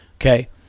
Okay